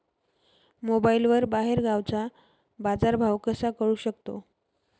मोबाईलवर बाहेरगावचा बाजारभाव कसा कळू शकतो?